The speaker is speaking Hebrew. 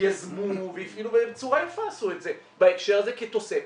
יזמו והפעילו ובצורה יפה עשו את זה בהקשר הזה כתוספת.